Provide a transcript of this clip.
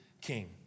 king